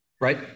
Right